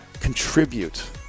contribute